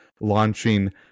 launching